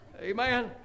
Amen